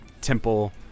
temple